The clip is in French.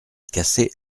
cassée